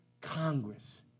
Congress